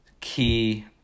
key